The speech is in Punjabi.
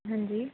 ਹਾਂਜੀ